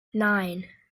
nine